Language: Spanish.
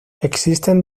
existen